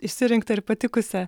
išsirinktą ir patikusią